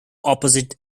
opposite